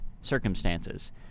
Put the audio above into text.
circumstances